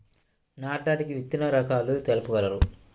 నాటడానికి విత్తన రకాలు తెలుపగలరు?